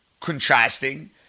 contrasting